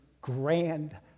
grand